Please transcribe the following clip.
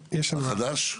החדש?